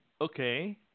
okay